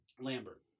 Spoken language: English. Lambert